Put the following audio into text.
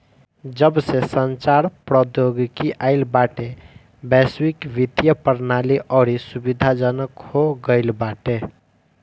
जबसे संचार प्रौद्योगिकी आईल बाटे वैश्विक वित्तीय प्रणाली अउरी सुविधाजनक हो गईल बाटे